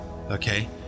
Okay